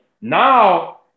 now